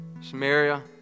Samaria